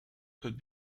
could